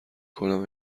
کنم